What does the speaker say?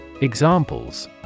Examples